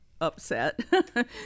upset